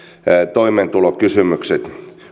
toimeentulokysymykset